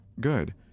Good